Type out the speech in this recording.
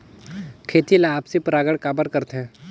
खेती ला आपसी परागण काबर करथे?